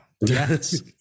yes